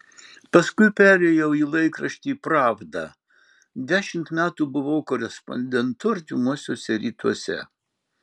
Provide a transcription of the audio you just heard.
paskui perėjau į laikraštį pravda dešimt metų buvau korespondentu artimuosiuose rytuose